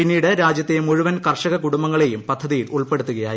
പിന്നീട് രാജ്യത്തെ മുഴുവൻ ക്ർഷക കുടുംബങ്ങളെയും പദ്ധതിയിൽ ഉൾപ്പെടുത്തുകയായിരുന്നു